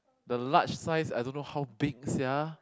the large size I don't know how big sia